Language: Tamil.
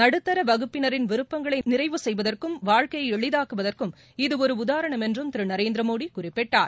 நடுத்தர வகுப்பினரின் விருப்பங்களை நிறைவு செய்வதற்கும் வாழ்க்கையை எளிதாக்குவதற்கும் இது ஒரு உதாரணம் என்றும் திரு நரேந்திரமோடி குறிப்பிட்டார்